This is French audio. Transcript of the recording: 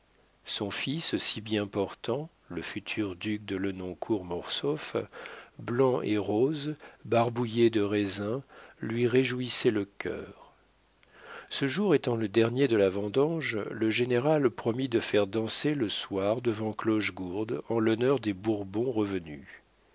son fils si bien portant le futur duc de lenoncourt mortsauf blanc et rose barbouillé de raisin lui réjouissait le cœur ce jour étant le dernier de la vendange le général promit de faire danser le soir devant clochegourde en l'honneur des bourbons revenus